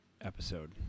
episode